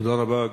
תודה רבה.